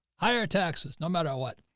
higher taxes, no matter what.